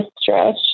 stretch